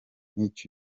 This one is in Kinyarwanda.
nk’iki